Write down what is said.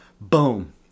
boom